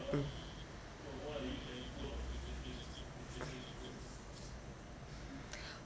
mm